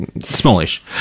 smallish